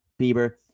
Bieber